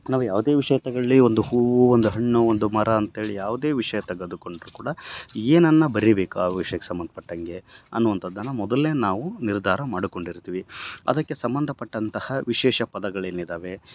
ನಾವು ಯಾವುದೇ ವಿಷಯ ತಗೋಳ್ಳಿ ಒಂದು ಹೂವು ಒಂದು ಹಣ್ಣು ಒಂದು ಮರ ಅಂತೇಳಿ ಯಾವುದೇ ವಿಷಯ ತೆಗೆದುಕೊಂಡ್ರು ಕೂಡ ಏನನ್ನು ಬರೀಬೇಕು ಆ ವಿಷ್ಯಕ್ಕೆ ಸಂಬಂಧಪಟ್ಟಂಗೆ ಅನ್ನುವಂಥದ್ದನ್ನ ಮೊದಲೇ ನಾವು ನಿರ್ಧಾರ ಮಾಡಿಕೊಂಡಿರ್ತಿವಿ ಅದಕ್ಕೆ ಸಂಬಂಧಪಟ್ಟಂತಹ ವಿಶೇಷ ಪದಗಳೇನಿದಾವೆ